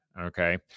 okay